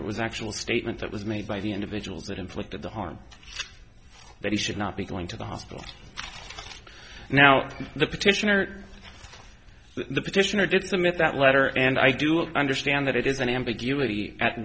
it was actual statement that was made by the individuals that inflicted the harm that he should not be going to the hospital now the petitioner the petitioner did submit that letter and i do understand that it is an ambiguity at